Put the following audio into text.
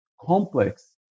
complex